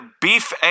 Beef